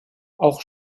auch